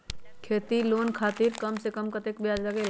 खेती लोन खातीर कम से कम कतेक ब्याज लगेला?